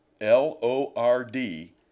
L-O-R-D